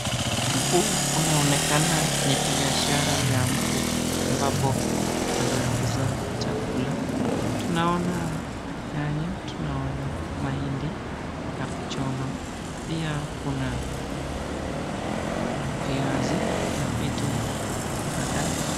Huku kunaonekana ni biashara ya mtu ambapo anauza chakula. Tunaona nyanya, tunaona mahindi ya kuchoma pia kuna viazi na vitu kadhaa.